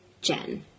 Jen